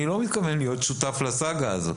אני לא מתכוון להיות שותף לסאגה הזאת.